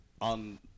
on